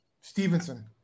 Stevenson